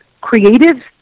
creative